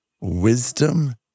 wisdom